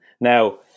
Now